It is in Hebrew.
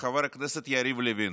חבר הכנסת יריב לוין,